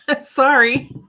Sorry